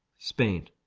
spain,